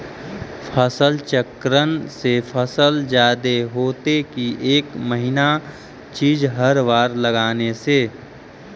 फसल चक्रन से फसल जादे होतै कि एक महिना चिज़ हर बार लगाने से?